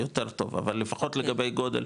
יותר טוב, אבל לפחות לגבי גודל,